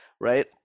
right